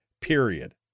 period